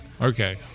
Okay